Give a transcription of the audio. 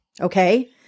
Okay